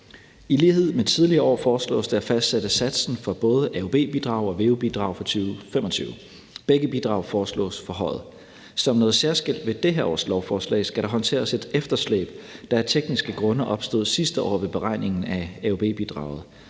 I lighed med tidligere år foreslås det at fastsætte satsen for både AUB-bidrag og veu-bidrag for 2025. Begge bidrag foreslås forhøjet. Som noget særskilt ved det her års lovforslag skal der håndteres et efterslæb, der af tekniske grunde opstod sidste år ved beregningen af AUB-bidraget.